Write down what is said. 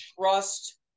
trust